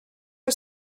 are